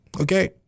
okay